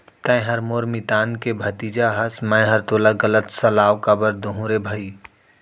तैंहर मोर मितान के भतीजा हस मैंहर तोला गलत सलाव काबर दुहूँ रे भई